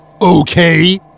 Okay